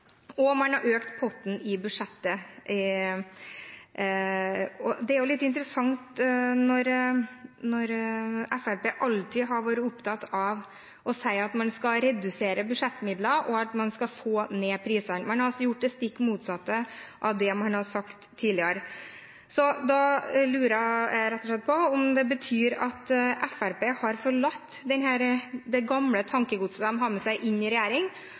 og man har økt potten i budsjettet. Det er jo litt interessant, med tanke på at Fremskrittspartiet alltid har vært opptatt av å si at man skal redusere budsjettmidler og få ned prisene. Man har altså gjort det stikk motsatte av det man har sagt tidligere. Da lurer jeg rett og slett på om det betyr at Fremskrittspartiet har forlatt det gamle tankegodset som de hadde med seg inn i regjering,